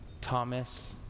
Thomas